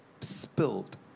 spilled